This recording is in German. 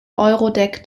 eurodac